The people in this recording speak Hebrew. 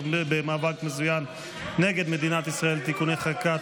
במאבק מזוין נגד מדינת ישראל (תיקוני חקיקה),